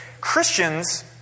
Christians